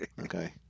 Okay